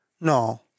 No